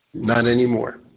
not anymore.